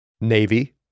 navy